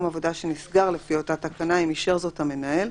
עבודה שנסגר לפי אותה תקנה אם אישר זאת המנהל,